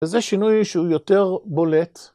וזה שינוי שהוא יותר בולט.